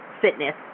fitness